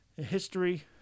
history